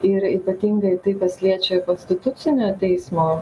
ir ypatingai tai kas liečia konstitucinio teismo